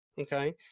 okay